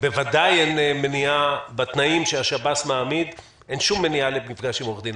שבוודאי אין מניעה בתנאים שהשב"ס מעמיד למפגש עם עורך דין.